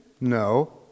No